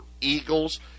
eagles